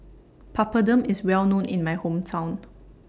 Papadum IS Well known in My Hometown